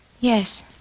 Yes